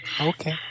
Okay